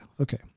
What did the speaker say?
okay